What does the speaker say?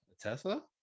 Tesla